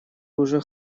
уже